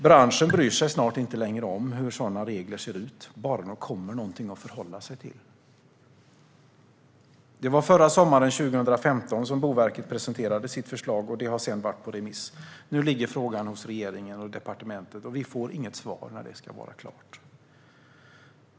Branschen bryr sig snart inte längre om hur reglerna ser ut, bara det kommer något att förhålla sig till. Det var förra sommaren, 2015, som Boverket presenterade sitt förslag, och det har sedan varit på remiss. Nu ligger frågan hos regeringen och departementet, och vi får inget svar på frågan om när det ska vara klart.